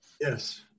Yes